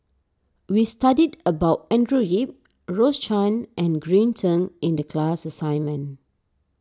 we studied about Andrew Yip Rose Chan and Green Zeng in the class assignment